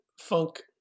funk